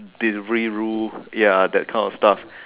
delivery ya that kind of stuff